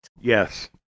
Yes